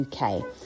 UK